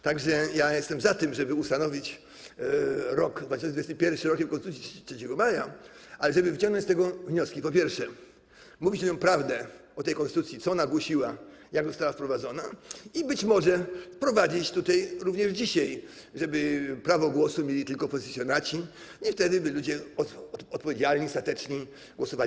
Tak że ja jestem za tym, żeby ustanowić rok 2021 Rokiem Konstytucji 3 Maja, ale żeby wyciągnąć z tego wnioski: po pierwsze, mówić prawdę o tej konstytucji, co ona głosiła, jak została wprowadzona, i być może wprowadzić tutaj również dzisiaj, żeby prawo głosu mieli tylko posesjonaci, i wtedy by ludzie odpowiedzialni, stateczni głosowali.